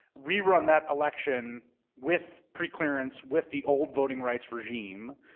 rerun that election with pre clearance, with the old voting rights regime,